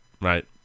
right